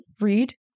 read